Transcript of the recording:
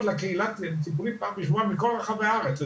לקהילה טיפולית פעם בשבועיים מכל רחבי הארץ.